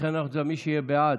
לכן, מי שיהיה בעד,